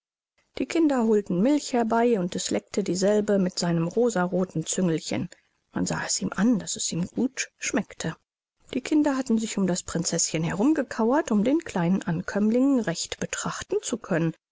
die kinder holten milch herbei und es leckte dieselbe mit seinem rosarothen züngelchen man sah es ihm an daß es ihm gutschmeckte die kinder hatten sich um das prinzeßchen herumgekauert um den kleinen ankömmling recht betrachten zu können